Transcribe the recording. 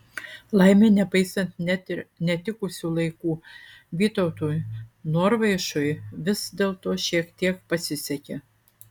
laimė nepaisant net ir netikusių laikų vytautui norvaišui vis dėlto šiek tiek pasisekė